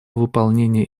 выполнения